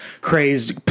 crazed